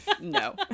no